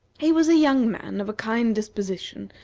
he was a young man of a kind disposition,